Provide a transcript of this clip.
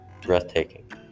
breathtaking